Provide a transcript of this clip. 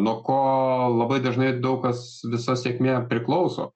nuo ko labai dažnai daug kas visa sėkmė priklauso